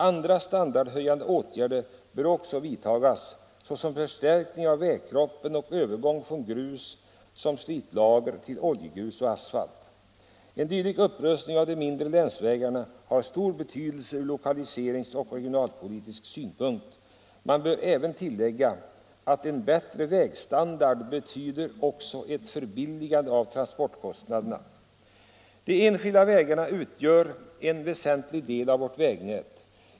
Andra standardhöjande åtgärder bör också vidtagas såsom förstärkning av vägkroppen och övergång från grus som slitlager till oljegrus eller asfalt. En dylik upprustning av de mindre länsvägarna har stor betydelse ur lokaliseringsoch regionalpolitisk synpunkt. Man bör tillägga att en bättre vägstandard betyder också ett förbilligande av transportkostnaderna. De enskilda vägarna utgör en väsentlig del av vårt vägnät.